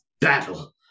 battle